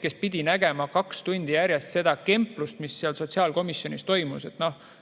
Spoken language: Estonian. kes pidi nägema kaks tundi järjest seda kemplust, mis sotsiaalkomisjonis toimus.